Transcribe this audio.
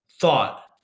thought